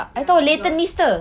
yang blonde eh